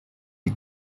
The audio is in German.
die